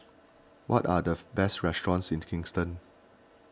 what are the best restaurants in the Kingston